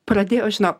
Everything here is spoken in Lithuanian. pradėjau žinok